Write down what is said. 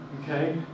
okay